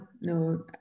no